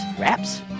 wraps